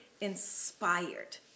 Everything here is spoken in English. inspired